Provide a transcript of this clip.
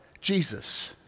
Jesus